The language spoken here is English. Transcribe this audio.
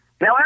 Now